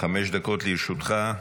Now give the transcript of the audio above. חמש דקות לרשותך.